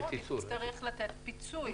היא תצטרך לתת פיצוי,